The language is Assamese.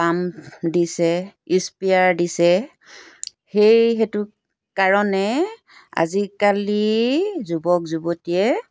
পাম্প দিছে ইস্পেয়াৰ দিছে সেই হেতু কাৰণে আজিকালি যুৱক যুৱতীয়ে